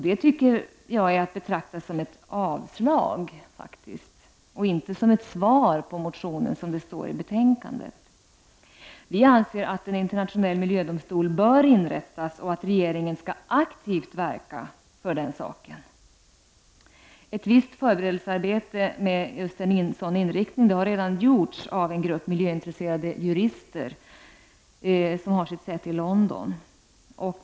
Det tycker jag är att betrakta som ett avstyrkande och inte som ett svar på motionen, som det står i betänkandet. Vi anser att en internationell miljödomstol bör inrättas och att regeringen skall aktivt verka för den saken. Ett visst förberedelsearbete med sådan inriktning har redan gjorts av en grupp miljöintresserade jurister som har sitt säte i London.